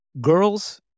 Girls